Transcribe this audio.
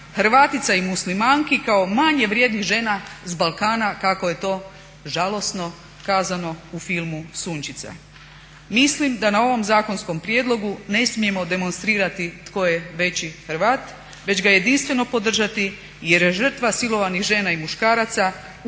Hrvatica i Muslimanki kao manje vrijednih žena sa Balkana kako je to žalosno kazano u filmu "Sunčica". Mislim da na ovom zakonskom prijedlogu ne smijemo demonstrirati tko je veći Hrvat već ga jedinstveno podržati jer je žrtva silovanih žena i muškaraca utkana